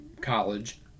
college